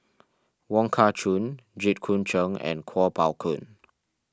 Wong Kah Chun Jit Koon Ch'ng and Kuo Pao Kun